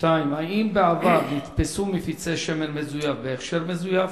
האם בעבר נתפסו מפיצי שמן מזויף בהכשר מזויף?